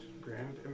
Grand